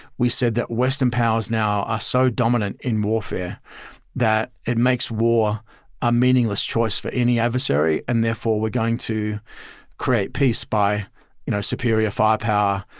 we said that western powers now are so dominant in warfare that it makes war a meaningless choice for any adversary and therefore we're going to create peace by you know superior firepower,